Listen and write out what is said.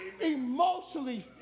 Emotionally